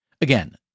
Again